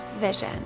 vision